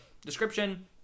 description